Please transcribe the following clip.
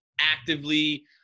actively